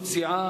סיעה